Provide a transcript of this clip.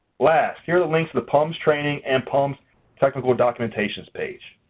last, here are the links to the pums training and pums technical documentation's page.